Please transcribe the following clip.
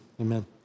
amen